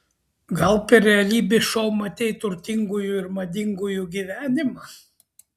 gal per realybės šou matei turtingųjų ir madingųjų gyvenimą